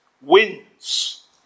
wins